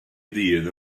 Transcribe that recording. ddydd